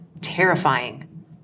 Terrifying